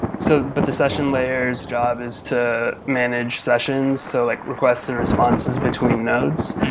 so but the session layer s job is to manage sessions, so like requests and responses between nodes.